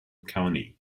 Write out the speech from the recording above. county